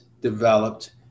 developed